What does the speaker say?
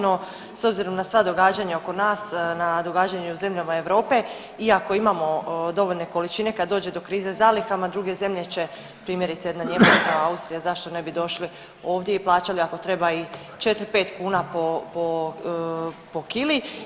No, s obzirom na sva događanja oko nas, na doganja u zemljama Europe iako imamo dovoljne količine, kad dođe do krize zalihama druge zemlje će primjerice jedna Njemačka, Austrija zašto ne bi došli ovdje i plaćali ako treba i četiri, pet kuna po kili.